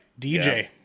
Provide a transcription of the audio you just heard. DJ